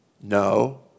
no